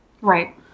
Right